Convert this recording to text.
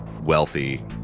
wealthy